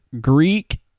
Greek